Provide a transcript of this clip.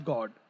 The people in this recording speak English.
God